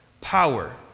power